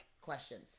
questions